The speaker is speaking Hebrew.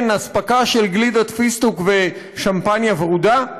אספקה של גלידת פיסטוק ושמפניה ורודה?